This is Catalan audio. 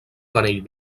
panell